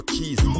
Keys